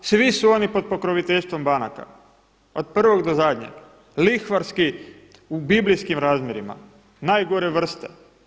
Svi su oni pod pokroviteljstvom banaka od prvog do zadnjeg, lihvarski u biblijskim razmjerima, najgore vrste.